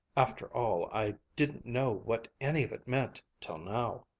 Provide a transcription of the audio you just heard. after all, i didn't know what any of it meant till now.